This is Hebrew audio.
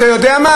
אתה יודע מה,